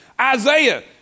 Isaiah